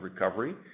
recovery